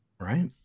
right